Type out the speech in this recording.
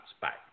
back